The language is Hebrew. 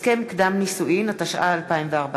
(הסכם קדם-נישואין), התשע"ה 2014,